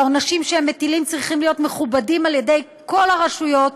והעונשים שהם מטילים צריכים להיות מכובדים על ידי כל הרשויות